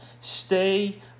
Stay